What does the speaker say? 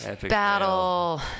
battle